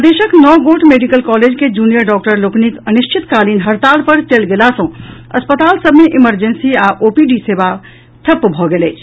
प्रदेशक नओ गोट मेडिकल कॉलेज के जूनियर डॉक्टर लोकनिक अनिश्चितकालीन हड़ताल पर चलि गेला सॅ अस्पताल सभ मे इमरजेंसी आ ओपीडी सेवा ठप्प भऽ गेल अछि